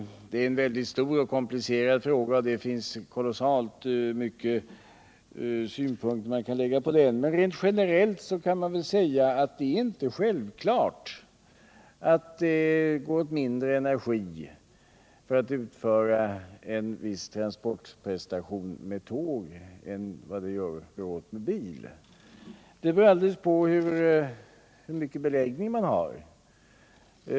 Det är en väldigt stor och komplicerad fråga, och det finns kolossalt många synpunkter att anlägga på den. Men rent generellt kan man väl säga att det inte är självklart att det går åt mindre energi för att utföra en viss transportprestation med tåg än med bil. Energiåtgången beror på hur stor beläggning man har.